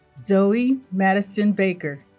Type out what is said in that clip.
zoe madison baker